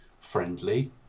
friendly